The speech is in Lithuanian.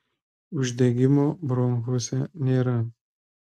uždegimo bronchuose nėra